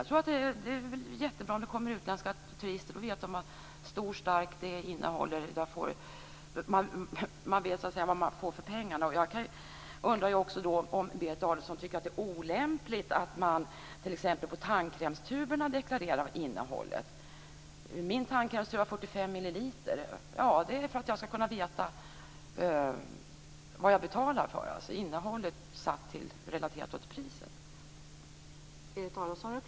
Det är väl jättebra också om det kommer utländska turister. Då vet de vad en stor stark innehåller. Man vet vad man får för pengarna. Jag undrar ju om Berit Adolfsson också tycker att det olämpligt att man t.ex. på tandkrämstuberna deklarerar innehållet. På min tandkrämstub står det 45 milliliter. Det är för att jag ska kunna veta vad jag betalar för, alltså innehållet relaterat till priset.